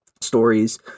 stories